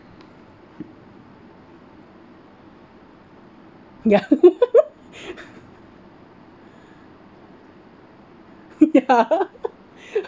ya ya